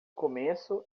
começo